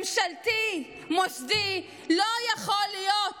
ממשלתי, מוסדי, לא יכול להיות